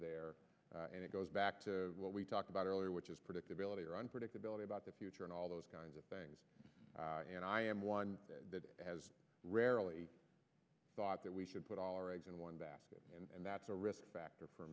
there and it goes back to what we talked about earlier which is predictability or unpredictability about the future and all those kinds of things and i am one rarely thought that we should put all our eggs in one basket and that's a risk factor for